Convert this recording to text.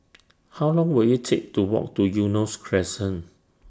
How Long Will IT Take to Walk to Eunos Crescent